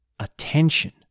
Attention